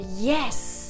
yes